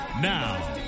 Now